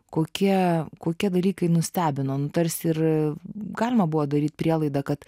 kokie kokie dalykai nustebino nu tarsi ir galima buvo daryt prielaidą kad